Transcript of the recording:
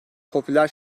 popüler